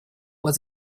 was